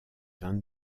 vingt